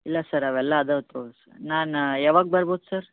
ಇಲ್ಲ ಸರ್ ಅವೆಲ್ಲ ಅದಾವು ತಗೋರಿ ಸರ್ ನಾನಾ ಯಾವಾಗ ಬರ್ಬೋದು ಸರ್